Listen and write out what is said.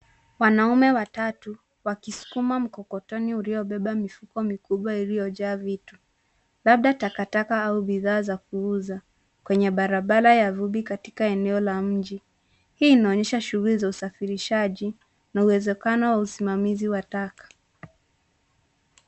Wanaume watatu wakisukuma mkokoteni uliobeba mifuko mikubwa iliyojaa vitu, labda takataka au bidhaa za kuuza kwenye barabara ya vumbi katika eneo la mji. Hii inaonyesha shughuli za usafishaji na uwezekano wa usimamizi wa taka.